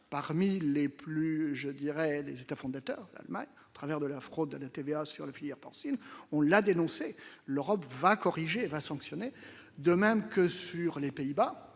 parmi les plus je dirais les États fondateurs travers de la fraude à la TVA sur la filière porcine, on l'a dénoncé l'Europe va corriger va sanctionner, de même que sur les Pays-Bas